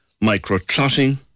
micro-clotting